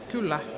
Kyllä